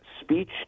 speech